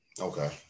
Okay